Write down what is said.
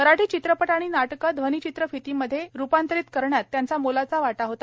मराठी चित्रपट आणि नाटके ध्वनीचित्रफीतीमध्ये रुपांतरित करण्यात त्यांचा मोलाचा वाटा होता